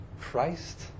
Christ